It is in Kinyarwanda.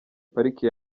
pariki